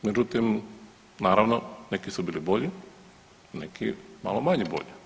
Međutim, naravno neki su bili bolji, neki malo manje bolji.